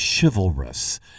chivalrous